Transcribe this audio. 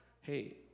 hey